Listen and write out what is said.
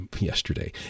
yesterday